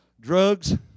Drugs